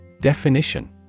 Definition